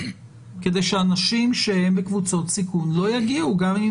כדי שאנשים שהם בקבוצות סיכון לא יגיעו גם אם